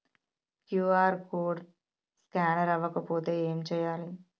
QR code scanner అవ్వకపోతే ఏం చేయాలి?